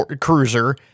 cruiser